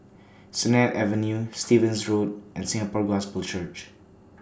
Sennett Avenue Stevens Road and Singapore Gospel Church